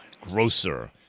grocer